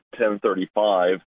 1035